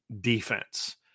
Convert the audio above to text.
defense